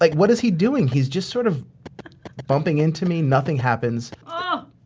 like what is he doing? he's just sort of bumping into me. nothing happens oh!